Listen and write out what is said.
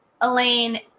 Elaine